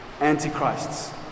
Antichrists